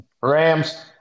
Rams